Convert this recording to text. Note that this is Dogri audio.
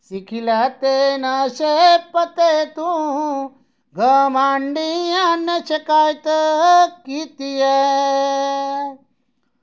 सिक्खी लै ते नशे पत्ते तू गुआंढियां ने शिकायत कीती ऐ